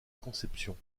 conception